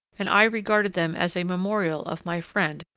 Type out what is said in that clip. and i regarded them as a memorial of my friend,